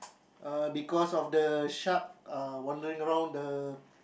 uh because of the shark uh wandering around the